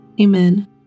Amen